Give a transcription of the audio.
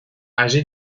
âgé